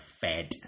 fed